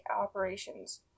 operations